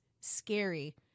scary